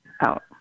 out